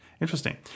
Interesting